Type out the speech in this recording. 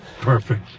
Perfect